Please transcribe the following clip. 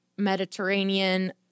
Mediterranean